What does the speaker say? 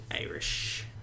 Irish